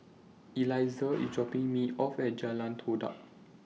Elizah IS dropping Me off At Jalan Todak